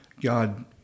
God